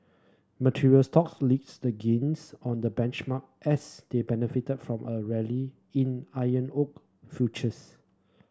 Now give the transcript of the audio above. material stocks links the gains on the benchmark as they benefited from a rally in iron ore futures